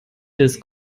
des